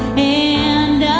and